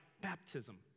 baptism